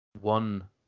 one